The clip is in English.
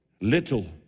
little